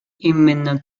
именно